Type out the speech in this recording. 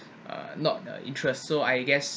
uh not the interest so I guess